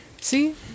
See